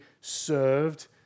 served